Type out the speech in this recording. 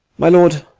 my lord,